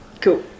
Cool